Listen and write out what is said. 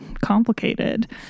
complicated